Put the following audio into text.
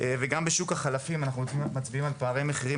גם בשוק החלפים אנחנו מצביעים על פערי מחירים